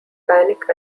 panic